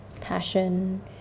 passion